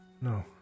No